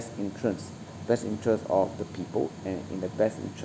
interest best interest of the people and in the best interest